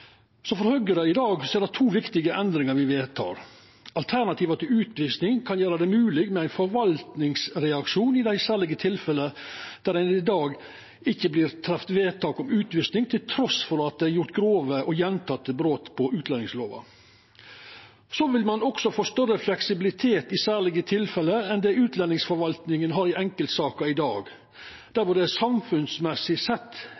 For Høgre er det i dag to viktige endringar me vedtek. Alternativa til utvising kan gjera det mogleg med ein forvaltningsreaksjon i dei særlege tilfella der det i dag ikkje vert treft vedtak om utvising trass i at det er gjort grove og gjentekne brot på utlendingslova. Ein vil også få større fleksibilitet i særlege tilfelle enn det utlendingsforvaltninga har i enkeltsaker i dag, der det samfunnsmessig sett